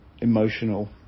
emotional